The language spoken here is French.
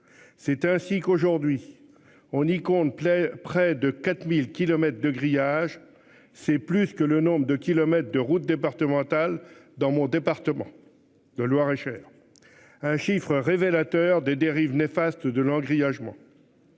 C'est ainsi qu'aujourd'hui. On y compte près de 4000 kilomètres de grillage. C'est plus que le nombre de kilomètres de routes départementales, dans mon département de Loir-et-Cher. Un chiffre révélateur des dérives néfastes de un grillage moi.